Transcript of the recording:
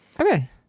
Okay